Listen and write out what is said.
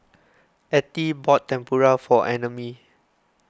Ettie bought Tempura for Annamae